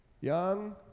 young